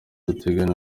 dutegerezwa